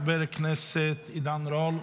חבר הכנסת עידן רול,